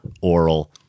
oral